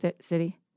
city